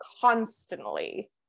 constantly